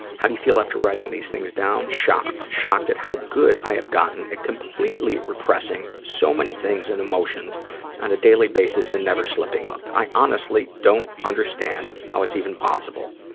how do you feel after writing these things down? shocked. shocked at how good i have gotten at completely repressing so many things and emotions on a daily basis and never slipping up. i honestly don't understand understand how it's even possible.